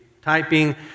typing